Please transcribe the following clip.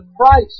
Christ